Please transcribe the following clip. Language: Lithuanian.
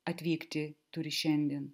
atvykti turi šiandien